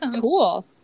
cool